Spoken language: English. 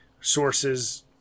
sources